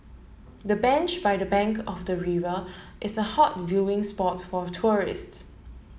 the bench by the bank of the river is a hot viewing spot for tourists